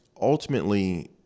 ultimately